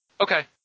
Okay